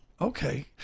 Okay